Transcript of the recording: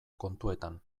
kontuetan